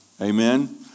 Amen